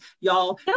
y'all